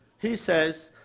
he says,